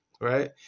right